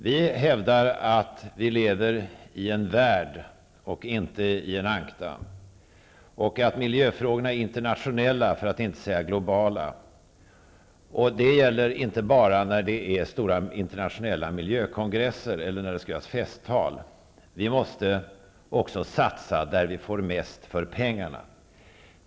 Vi hävdar att vi lever i en värld och inte i en ankdamm och att miljöfrågorna är internationella, för att inte säga globala. Det gäller inte bara när det är stora internationella miljökongresser eller när det skall hållas festtal. Vi måste också satsa där vi får mest för pengarna.